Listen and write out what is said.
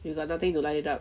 you got nothing to line it up